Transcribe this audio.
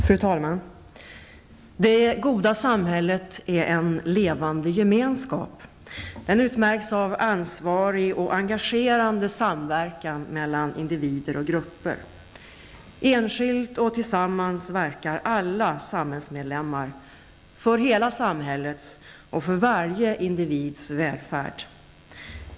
Fru talman! Det goda samhället är en levande gemenskap. Den utmärks av ansvarig och engagerande samverkan mellan individer och grupper. Enskilt och tillsammans verkar alla samhällsmedlemmar för hela samhällets och för varje individs välfärd.